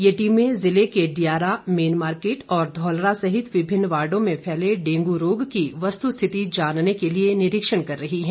ये टीमे जिले के डियारा मेन मार्किट और धौलरा सहित विभिन्न वार्डो में फैले डेंगू रोग की वस्तु स्थिति जानने के लिए निरिक्षण कर रही है